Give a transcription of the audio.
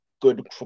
good